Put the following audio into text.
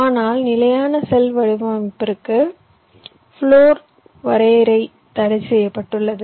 ஆனால் நிலையான செல் வடிவமைப்பிற்கு ப்ளோர் வரையறை தடைசெய்யப்பட்டுள்ளது